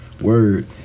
Word